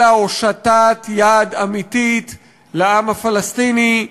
אלא הושטת יד אמיתית לעם הפלסטיני,